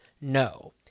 No